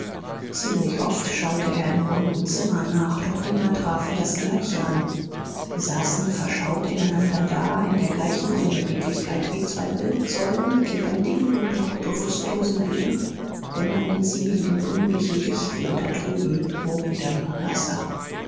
ziemlich oft schaute er im runden zimmer nach doch immer traf er das gleiche an sie saßen verschaut ineinander da in der gleichen unbeweglichkeit wie zwei bildsäulen mit lebendigen und doch bewußtlosen blicken dämmerten sie in dem grünlichen licht wie unter trübem wogendem wasser